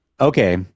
Okay